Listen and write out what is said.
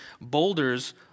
boulders